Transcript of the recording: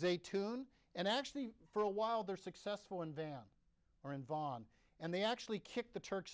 they tune and actually for a while they're successful in van or in vonn and they actually kick the turks